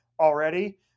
already